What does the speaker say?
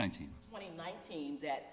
nineteen that